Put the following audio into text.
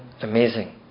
amazing